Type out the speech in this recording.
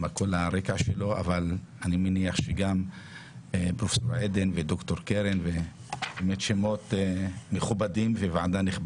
אני מניח שגם פרופסור עדן ודוקטור בר-חוה הם נציגים מכובדים וראויים.